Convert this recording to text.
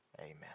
amen